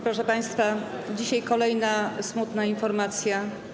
Proszę państwa, dzisiaj kolejna smutna informacja.